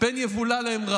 פן יבולע להם.